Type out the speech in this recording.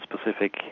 specific